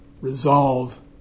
resolve